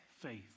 faith